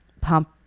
pump –